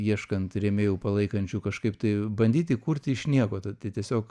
ieškant rėmėjų palaikančių kažkaip tai bandyti kurti iš nieko tai tiesiog